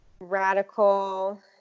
radical